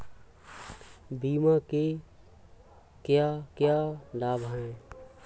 बीमा के क्या क्या लाभ हैं?